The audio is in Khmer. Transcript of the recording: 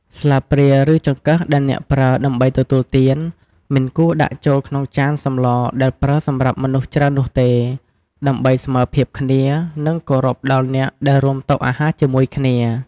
ស្លាបព្រា ឬចង្កឹះដែលអ្នកប្រើដើម្បីទទួលទាន មិនគួរដាក់ចូលក្នុងចានសម្លដែលប្រើសម្រាប់មនុស្សច្រើននោះទេ ដើម្បីស្មើភាពគ្នានិងគោរពដល់អ្នកដែលរួមតុអាហារជាមួយគ្នា។